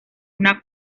una